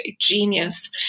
genius